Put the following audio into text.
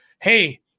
hey